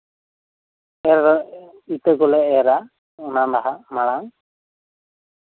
ᱤᱛᱟᱹ ᱠᱚᱞᱮ ᱮᱨᱼᱟ ᱚᱱᱟ ᱞᱟᱦᱟ ᱢᱟᱲᱟᱝ